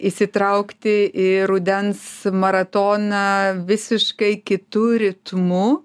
įsitraukti į rudens maratoną visiškai kitu ritmu